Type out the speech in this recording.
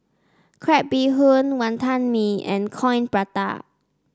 Crab Bee Hoon Wonton Mee and Coin Prata